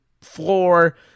floor